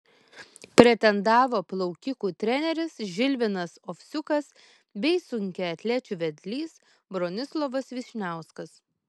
pretendavo plaukikų treneris žilvinas ovsiukas bei sunkiaatlečių vedlys bronislovas vyšniauskas